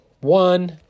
one